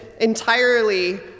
entirely